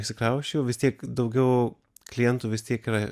išsikrausčiau vis tiek daugiau klientų vis tiek yra